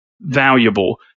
valuable